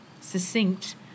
succinct